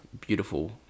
beautiful